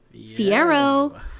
fiero